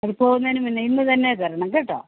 അത് പോവുന്നതിനു മുന്നേ ഇന്ന് തന്നെ തരണം കേട്ടോ